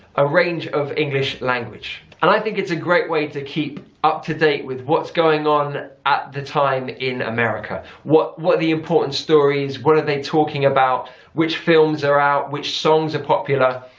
a range of english language. and i think it's a great way to keep up-to-date with what's going on at the time in america. what are the important stories, what are they talking about, which films are out, which songs are popular.